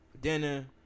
dinner